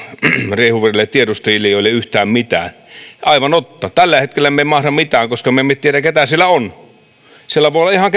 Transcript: riehuville tiedustelijoille yhtään mitään aivan totta tällä hetkellä me emme mahda mitään koska me emme tiedä keitä siellä on siellä voi olla ihan